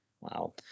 Wow